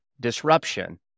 disruption